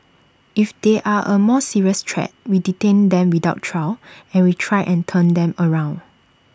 if they are A more serious threat we detain them without trial and we try and turn them around